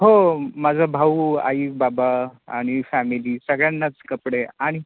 हो माझा भाऊ आई बाबा आणि फॅमिली सगळ्यांनाच कपडे आणि